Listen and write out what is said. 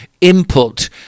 input